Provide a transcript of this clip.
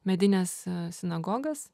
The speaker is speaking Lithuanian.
medines sinagogas